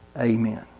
Amen